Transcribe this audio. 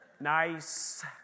nice